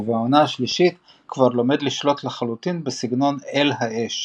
ובעונה השלישית כבר לומד לשלוט לחלוטין בסגנון 'אל האש'